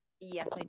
Yes